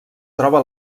troba